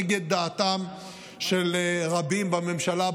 נגד דעתם של רבים בממשלה,